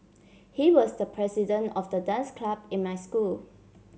he was the president of the dance club in my school